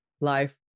life